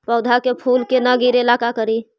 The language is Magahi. पौधा के फुल के न गिरे ला का करि?